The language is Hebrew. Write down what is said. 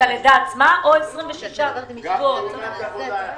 הלידה עצמה- - גם תאונת עבודה.